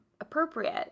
appropriate